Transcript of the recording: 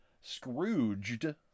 Scrooged